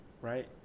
right